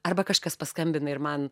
arba kažkas paskambina ir man